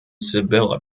sibylla